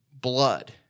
Blood